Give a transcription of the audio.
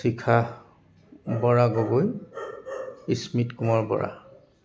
Shikha Bora Gogoi Ismit Kumar Bora